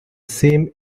same